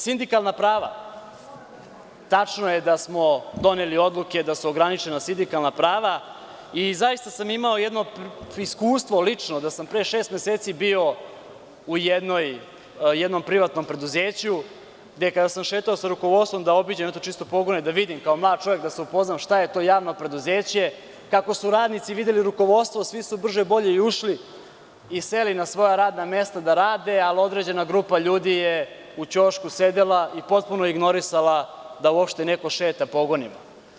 Sindikalna prava, tačno je da smo doneli odluke da su ograničena sindikalna prava i zaista sam imao jedno lično iskustvo da sam pre šest meseci bio u jednom privatnom preduzeću gde, kada sam šetao sa rukovodstvom da obiđem pogone, da vidim, kao mlad čovek da se upoznam šta je to javno preduzeće, kako su radnici videli rukovodstvo, svi su brže bolje ušli i seli na svoja radna mesta da rade, ali određena grupa ljudi je u ćošku sedela i potpuno ignorisala da uopšte neko šeta pogonima.